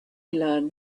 learn